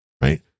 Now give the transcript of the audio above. right